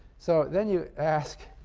so then you ask,